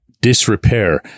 disrepair